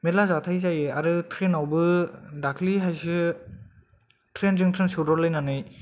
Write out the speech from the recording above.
मेरला जाथाय जायो आरो ट्रेन आवबो दाखलि हायसो ट्रेन जों ट्रेन सौदावलायनानै